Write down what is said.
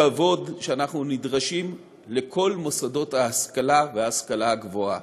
הכבוד שאנחנו נדרשים לכל מוסדות ההשכלה וההשכלה הגבוהה.